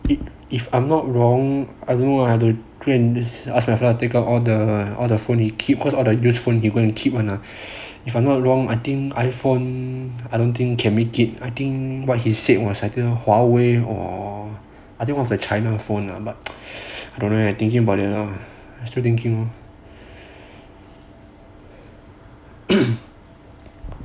if I'm not wrong I don't know I need to ask my parents to take out all the all the phone he keep cause or the use phone you couldn't keep lah if I'm not wrong I think iphone I don't think can make it I think what he said was like huawei or otherwise the china phone lah but anyway I thinking of buying one I still thinking